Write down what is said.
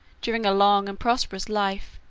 during a long and prosperous life,